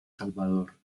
salvador